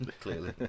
clearly